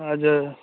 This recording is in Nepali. हजुर